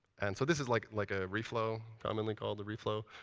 and so this is like like a re-flow. commonly called a reflow.